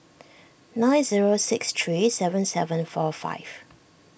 nine zero six three seven seven four five